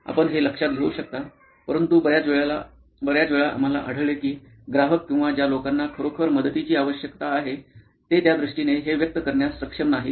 आपण हे लक्षात घेऊ शकता परंतु बर्याच वेळा आम्हाला आढळले की ग्राहक किंवा ज्या लोकांना खरोखर मदतीची आवश्यकता आहे ते त्या दृष्टीने हे व्यक्त करण्यास सक्षम नाहीत